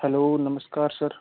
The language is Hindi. हेलो नमस्कार सर